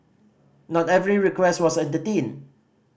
not every request was entertained